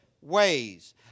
ways